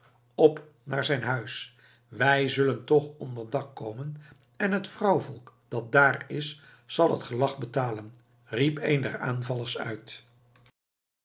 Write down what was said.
op naar zijn huis wij zullen toch onder dak komen en het vrouwvolk dat daar is zal het gelag betalen riep één der aanvallers uit